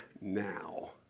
now